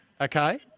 Okay